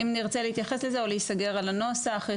או שניסגר על הנוסח.